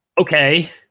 Okay